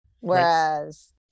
Whereas